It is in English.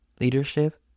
Leadership